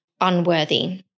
unworthy